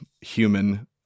human